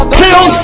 kill